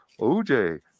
OJ